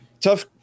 tough